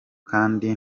kandi